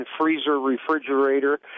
freezer-refrigerator